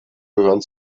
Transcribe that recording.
gehören